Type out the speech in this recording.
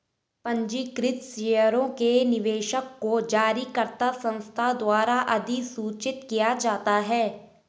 पंजीकृत शेयरों के निवेशक को जारीकर्ता संस्था द्वारा अधिसूचित किया जाता है